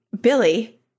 Billy